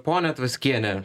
ponia tvaskiene